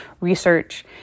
research